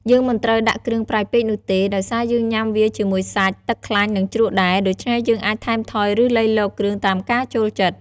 យើងមិនត្រូវដាក់គ្រឿងប្រៃពេកនោះទេ ដោយសារយើងញុាំវាជាមួយសាច់ ទឹកខ្លាញ់ និងជ្រក់ដែរ ដូច្នេះយើងអាចថែមថយឬលៃលកគ្រឿងតាមការចូលចិត្ត។